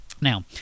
Now